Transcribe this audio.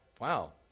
wow